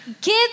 give